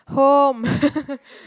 home